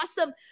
awesome